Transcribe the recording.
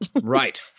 Right